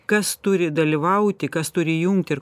kas turi dalyvauti kas turi jungti ir